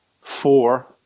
four